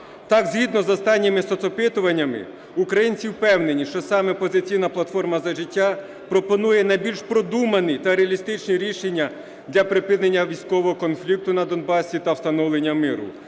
Так, згідно з останніми соцопитуваннями українці впевнені, що саме "Опозиційна платформа – За життя" пропонує найбільш продумані та реалістичні рішення для припинення військового конфлікту на Донбасі та встановлення миру.